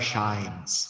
Shines